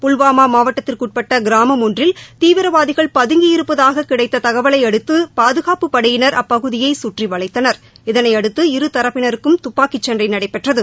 புல்வாமா மாவட்டத்திற்குட்பட்ட கிராமம் ஒன்றில் தீவிரவாதிகள் பதுங்கி இருப்பதாக கிடைத்த தகவலையடுத்து பாதுகாப்பு படையினர் அப்பகுதியை சுற்றி வளைத்தனர் இதனையடுத்து இரு தரப்பினருக்கு துப்பாக்கிச் சண்டை நடைபெற்றது